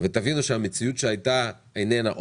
ותבינו שהמציאות שהייתה איננה עוד.